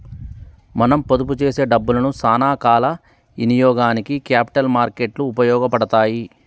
మనం పొదుపు చేసే డబ్బులను సానా కాల ఇనియోగానికి క్యాపిటల్ మార్కెట్ లు ఉపయోగపడతాయి